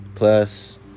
Plus